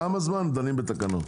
כמה זמן דנים בתקנות?